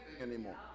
anymore